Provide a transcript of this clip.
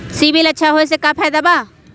CIBIL अच्छा होऐ से का फायदा बा?